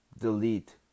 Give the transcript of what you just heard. Delete